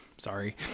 Sorry